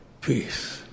peace